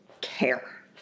care